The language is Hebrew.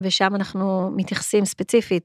ושם אנחנו מתייחסים ספציפית.